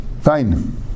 Fine